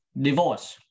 divorce